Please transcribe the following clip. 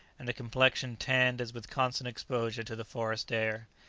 and a complexion tanned as with constant exposure to the forest air.